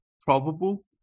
probable